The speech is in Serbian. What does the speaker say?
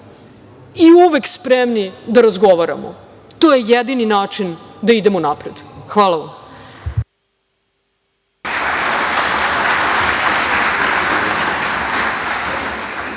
i uvek spremni da razgovaramo. To je jedini način da idemo napred. Hvala.